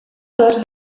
der